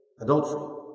adultery